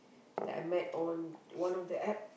that I met on one of the App